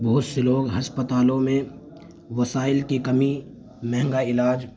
بہت سے لوگ ہسپتالوں میں وسائل کی کمی مہنگا علاج